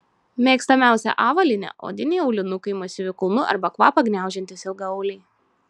mėgstamiausia avalynė odiniai aulinukai masyviu kulnu arba kvapą gniaužiantys ilgaauliai